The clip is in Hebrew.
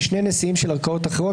ושני נשיאים של ערכאות אחרות,